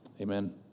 Amen